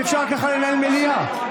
אי-אפשר ככה לנהל מליאה.